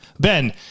Ben